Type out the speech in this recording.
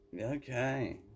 Okay